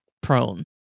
prone